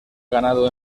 ganado